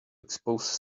expose